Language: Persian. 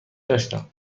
داشتم